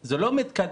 זה לא מתקדם.